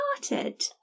started